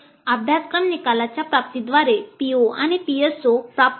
अभ्यासक्रम निकालाच्या प्राप्तीद्वारे PO आणि PSO प्राप्त होतात